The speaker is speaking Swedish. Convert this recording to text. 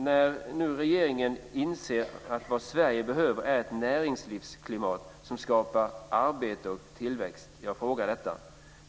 När ska regeringen inse att vad Sverige behöver är ett näringslivsklimat som skapar arbete och tillväxt?